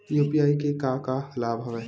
UPI के का का लाभ हवय?